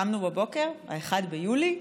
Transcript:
קמנו בבוקר, 1 ביולי,